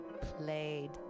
played